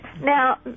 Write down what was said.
Now